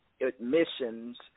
admissions